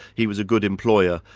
he was a good employer,